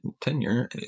tenure